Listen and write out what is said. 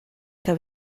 que